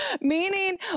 Meaning